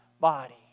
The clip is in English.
body